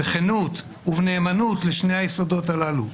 בכנות ובנאמנות לשני היסודות הללו,